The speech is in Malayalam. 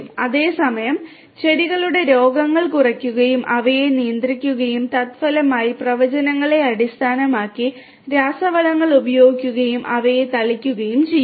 അതേസമയം ചെടികളുടെ രോഗങ്ങൾ കുറയ്ക്കുകയും അവയെ നിയന്ത്രിക്കുകയും തത്ഫലമായി പ്രവചനങ്ങളെ അടിസ്ഥാനമാക്കി രാസവളങ്ങൾ ഉപയോഗിക്കുകയും അവയെ തളിക്കുകയും ചെയ്യുക